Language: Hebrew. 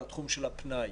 לתחום של פנאי